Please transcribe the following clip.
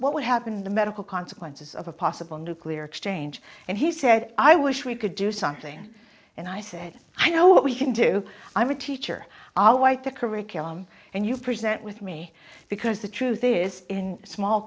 been the medical consequences of a possible nuclear exchange and he said i wish we could do something and i said i know what we can do i'm a teacher i'll white the curriculum and you present with me because the truth is in small